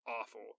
awful